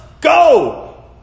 go